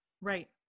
right